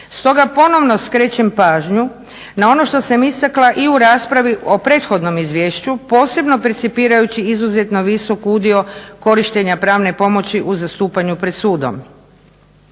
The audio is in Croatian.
Stoga ponovno skrećem pažnju na ono što sam istakla i u raspravi o prethodnom izvješću posebno percipirajući izuzetno visok udio korištenja pravne pomoći u zastupanju pred sudom.